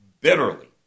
bitterly